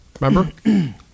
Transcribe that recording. Remember